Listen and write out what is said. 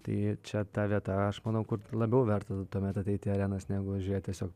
tai čia ta vieta aš manau kur labiau verta tuomet ateiti į arenas negu žiūrėti tiesiog